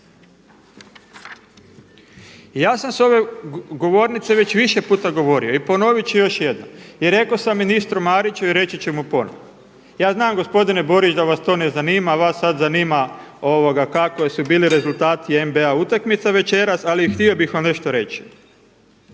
ja sam sa ove govornice već više puta govorio i ponoviti ću još jednom i rekao sam ministru Mariću i reći ću mu ponovno. Ja znam gospodine Borić da vas to ne zanima, vas sada zanima kakvi su bili rezultati NB utakmica večeras. Ali htio bih vam nešto reći.